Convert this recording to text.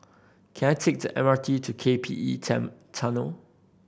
can I take the M R T to K P E Tunnel